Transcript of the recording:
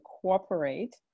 cooperate